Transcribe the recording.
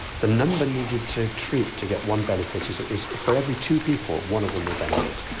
the number needed to treat to get one benefit is is for every two people, one of them will benefit.